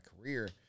career